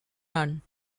none